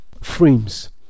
frames